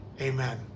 Amen